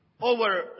over